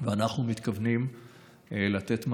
ואנחנו מתכוונים לתת מענה.